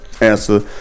answer